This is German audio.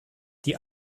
die